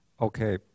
Okay